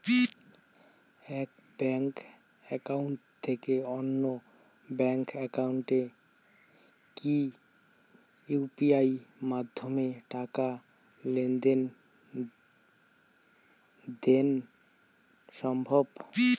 এক bank account থেকে অন্য ব্যাংক একাউন্টে কি ইউ.পি.আই মাধ্যমে টাকার লেনদেন দেন সম্ভব?